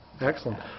excellent